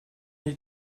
die